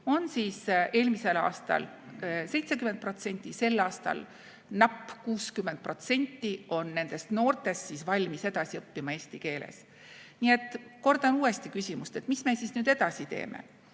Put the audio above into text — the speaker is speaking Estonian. oli eelmisel aastal 70%, sel aastal napp 60% on nendest noortest valmis edasi õppima eesti keeles. Nii et kordan uuesti küsimust: mis me siis nüüd edasi teeme?